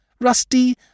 Rusty